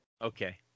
Okay